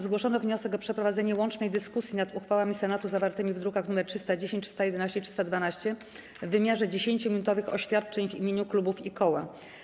Zgłoszono wniosek o przeprowadzenie łącznej dyskusji nad uchwałami Senatu zawartymi w drukach nr 310, 311 i 312 w wymiarze 10-minutowych oświadczeń w imieniu klubów i koła.